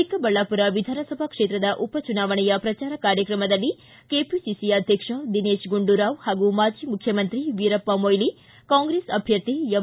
ಚಿಕ್ಕಬಳ್ಳಾಪುರ ವಿಧಾನಸಭಾ ಕ್ಷೇತ್ರದ ಉಪ ಚುನಾವಣೆಯ ಪ್ರಚಾರ ಕಾರ್ಯಕ್ರಮದಲ್ಲಿ ಕೆಪಿಸಿಸಿ ಅಧ್ಯಕ್ಷ ದಿನೇತ್ ಗುಂಡೂರಾವ್ ಹಾಗೂ ಮಾಜಿ ಮುಖ್ಯಮಂತ್ರಿ ವೀರಪ್ಪ ಮೊಯ್ಲಿ ಕಾಂಗ್ರೆಸ್ ಅಭ್ಯರ್ಥಿ ಎಂ